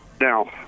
now –